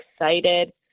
excited